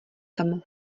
tam